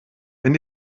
wenn